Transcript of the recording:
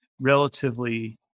relatively